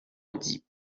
antibes